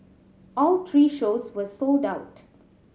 all three shows were sold out